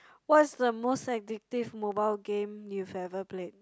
what's the most addictive mobile game you've ever played